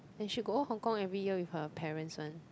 and she go Hong-Kong every year with her parents one